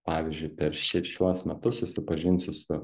pavyzdžiui per ši šiuos metus susipažinsiu su